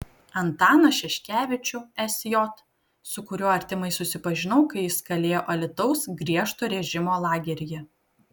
antaną šeškevičių sj su kuriuo artimai susipažinau kai jis kalėjo alytaus griežto režimo lageryje